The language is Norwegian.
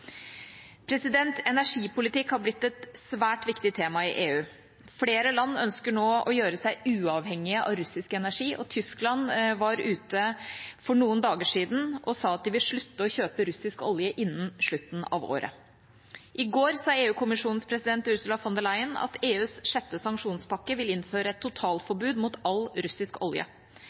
Energipolitikk har blitt et svært viktig tema i EU. Flere land ønsker nå å gjøre seg uavhengig av russisk energi. Tyskland var ute for noen dager siden og sa at de vil slutte å kjøpe russisk olje innen slutten av året. I går sa EU-kommisjonens president, Ursula von der Leyen, at EUs sjette sanksjonspakke vil innføre et totalforbud mot all russisk olje.